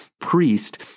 priest